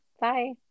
Bye